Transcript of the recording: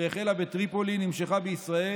שהחלה בטריפולי, נמשכה בישראל.